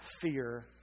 fear